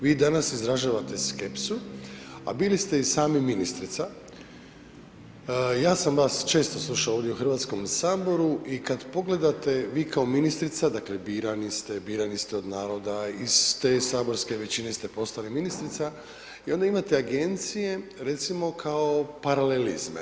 Vi danas izražavate skepsu, a bili ste i sami ministrica, ja sam vas često slušao u Hrvatskome saboru i kada pogledate vi kao ministrica, dakle, birani ste, birani ste od naroda i iz te saborske većine ste postali ministrica i onda imate agencije recimo, kao paralelizme.